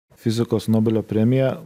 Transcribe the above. fizikos nobelio premija